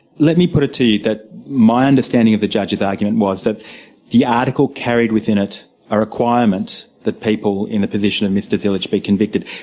let me put it to you that my understanding of the judge's argument was that the article carried within it a requirement that people in the position of mr zilic be convicted.